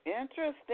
Interesting